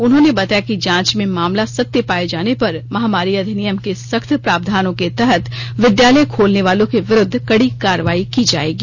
उन्होंने बताया कि जांच में मामला सत्य पाये जाने पर महामारी अधिनियम के सख्त प्रावधानों के तहत विद्यालय खोलने वालों के विरुद्ध कड़ी कार्रवाई की जायेगी